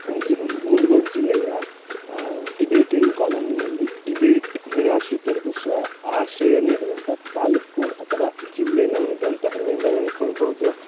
ಜ ಮುಂಡ್ಗೋಡು ಜಿಲ್ಲೆಯ ಟಿಬೇಟಿಯನ್ ಕಾಲೊನಿಯಲ್ಲಿ ಟಿಬೇಟ್ ನಿರಾಶ್ರಿತರಿಗೂ ಶ್ರ ಆಶ್ರಯ ನೀಡಿದಂಥ ತಾಲೂಕು ಅಥವಾ ಜಿಲ್ಲೆ ನಮ್ಮದು ಅಂತ ಹೆಮ್ಮೆಯಿಂದ ಹೇಳ್ಕೊಳ್ಬೌದು